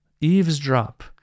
eavesdrop